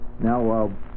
Now